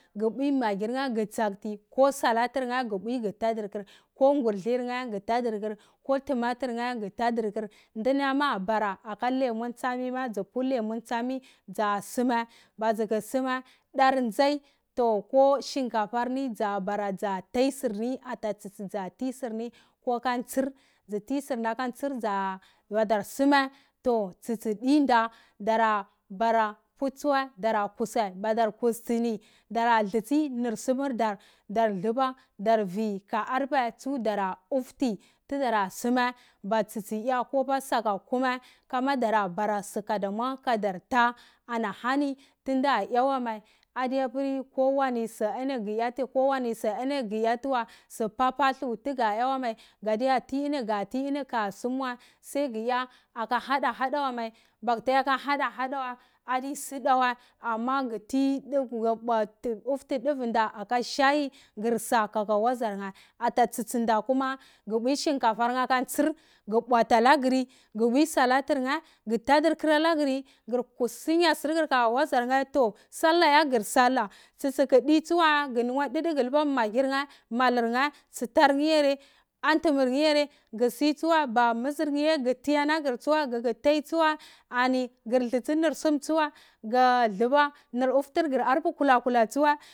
Ga pi maggir nheh gu tsatiti ko saladur nheh gu pwi gu todiri ga gurdinnheh gu targurkur to tumator nheh yu tadunkur ndunam abara aka lemon tsumi azupu lemun tsami dza sumai ba dzutiu sumai dar nzai to ko shinkafar ni dzabara dza tai surni ata tsitsi dza tai surni kokah ntsor dzu ntai surni kantsir madar sonan tsutsu din dah dara bara mpuh tsowai madan kustini dara dlitsi hur somor dari dora luba dara vwi tsu ka nurajpai tsu uftu tudara suma ba tsitsi ya kosoka kuma kama dara bura su gadama kadar ta ana hani tunda yu mai ani adipor koh wari sa hani guyati wai su papa dhu tuga ya mai ga tuni ga tuni kosum mai gati kaga mai gata yaka hada hada wai adi suda wai magu ti tugu bwati oftu duvunda shai gusa haha wazar nheh ata tsitsinda kuma gu pwi shinkafah aka ntsir gur bwati alagur gu bwi salatur nheh gu tadirhor alagreh gu sunya sugur ko ka wazor nheh to sola ya gur sola tso tsi di tsuwai gu lungo dugulba magirne malorne tsitor nheh yare antum yane gu si tsuwai ba muzur nheh yar gu tiyanagur tsuwai gur toi tsuwai ani gur dwsti nurgum tso gu dluba nif uftur gur tso arpi kwola kula tsuwa.